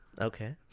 Okay